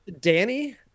Danny